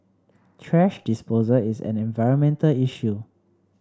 thrash disposal is an environmental issue